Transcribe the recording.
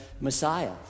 Messiah